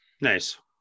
Nice